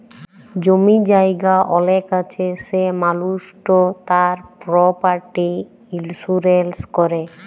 জমি জায়গা অলেক আছে সে মালুসট তার পরপার্টি ইলসুরেলস ক্যরে